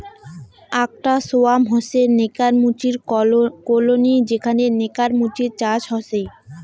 আকটা সোয়ার্ম হসে নেকার মুচির কলোনি যেখানে নেকার মুচির চাষ হসে